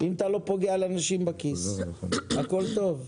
אם אתה לא פוגע להם בכיס, הכול טוב.